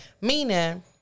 Meaning